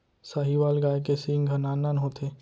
साहीवाल गाय के सींग ह नान नान होथे